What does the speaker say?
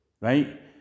right